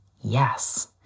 yes